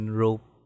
rope